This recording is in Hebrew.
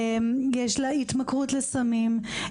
יש לה התמכרות לסמים,